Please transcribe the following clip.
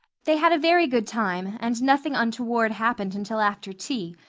they had a very good time and nothing untoward happened until after tea,